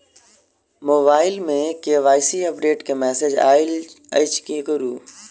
Mobile मे KYC update केँ message आइल अछि की करू?